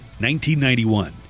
1991